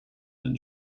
than